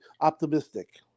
optimistic